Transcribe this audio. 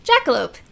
jackalope